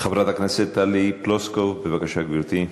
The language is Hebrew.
חברת הכנסת טלי פלוסקוב, בבקשה, גברתי.